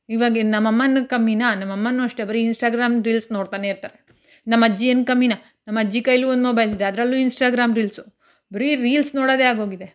ಈವಾಗೇನು ನಮ್ಮಮ್ಮನೂ ಕಮ್ಮಿನಾ ನಮ್ಮಮ್ಮನೂ ಅಷ್ಟೇ ಬರೀ ಇನ್ಸ್ಟಾಗ್ರಾಮ್ ರೀಲ್ಸ್ ನೋಡ್ತಲೇ ಇರ್ತಾರೆ ನಮ್ಮಜ್ಜಿ ಏನು ಕಮ್ಮಿನಾ ನಮ್ಮಜ್ಜಿ ಕೈಯ್ಯಲ್ಲೂ ಒಂದು ಮೊಬೈಲಿದೆ ಅದರಲ್ಲೂ ಇನ್ಸ್ಟಾಗ್ರಾಮ್ ರೀಲ್ಸು ಬರೀ ರೀಲ್ಸ್ ನೋಡೋದೇ ಆಗೋಗಿದೆ